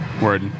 word